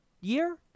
year